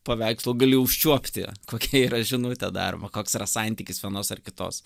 paveikslų gali užčiuopti kokia yra žinutė daroma koks yra santykis vienos ar kitos